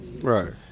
Right